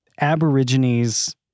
Aborigines